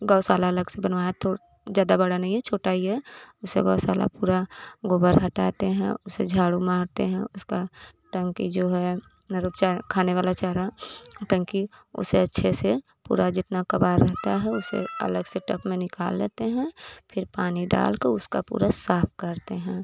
गौशाला अलग से बनवाया तो ज्यादा बड़ा नहीं है छोटा ही है उसे गौशाला पूरा गोबर हटाते हैं उसे झाड़ू मारते हैं उसका टंकी जो है मतलब चारा खाने वाला चारा टंकी उसे अच्छे से पूरा जितना कबाड़ रहता है उसे अलग से टब में निकाल लेते हैं फिर पानी डाल कर उसका पूरा साफ करते हैं